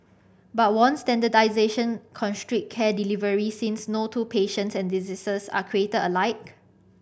but won't standardisation constrict care delivery since no two patients and diseases are created alike